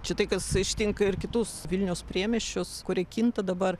čia tai kas ištinka ir kitus vilniaus priemiesčius kurie kinta dabar